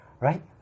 right